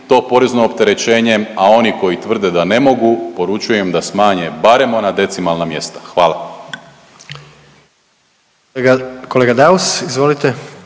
to porezno opterećenje, a oni koji tvrde da ne mogu poručujem da smanje barem ona decimalna mjesta, hvala. **Jandroković,